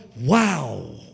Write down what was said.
wow